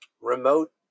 remote